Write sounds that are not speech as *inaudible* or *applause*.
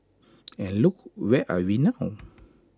*noise* and look where we are now